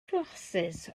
flasus